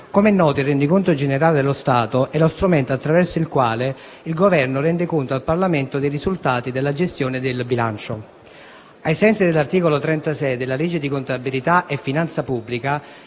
Com'è noto, il rendiconto generale dello Stato è lo strumento attraverso il quale il Governo rende conto al Parlamento dei risultati della gestione del bilancio. Ai sensi dell'articolo 36 della legge di contabilità e finanza pubblica,